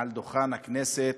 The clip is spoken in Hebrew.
מעל דוכן הכנסת,